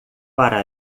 para